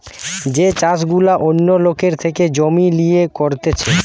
যে চাষ গুলা অন্য লোকের থেকে জমি লিয়ে করতিছে